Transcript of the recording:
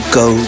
go